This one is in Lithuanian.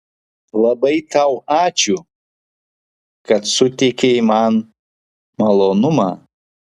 labai tau ačiū kad suteikei man malonumą